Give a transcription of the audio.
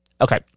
okay